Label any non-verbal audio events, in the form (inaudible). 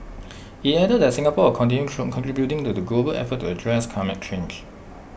IT added that Singapore will continue from contributing to the global effort to address climate change (noise)